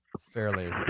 fairly